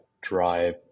drive